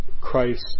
Christ